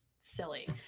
silly